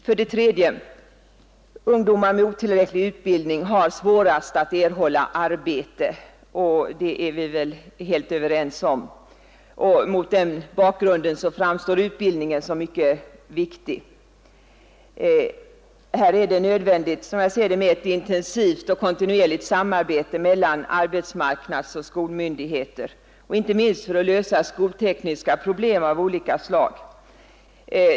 För det tredje: Ungdomar med otillräcklig utbildning har svårast att erhålla arbete. Det är vi väl överens om. Mot den bakgrunden framstår utbildningen som mycket viktig. Som jag ser det är det nödvändigt med ett intensivt och kontinuerligt samarbete mellan arbetsmarknadsoch skolmyndigheter, inte minst för att lösa skoltekniska problem av olika slag.